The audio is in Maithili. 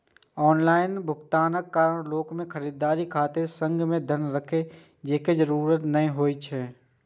ऑनलाइन भुगतानक कारण लोक कें खरीदारी खातिर संग मे धन राखै के जरूरत नै होइ छै